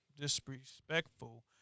disrespectful